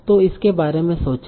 तो इसके बारे में सोचो